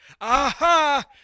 aha